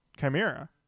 Chimera